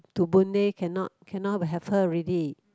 to Boon-Lay cannot cannot have her already